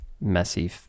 messy